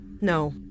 No